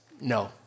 no